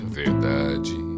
verdade